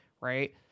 right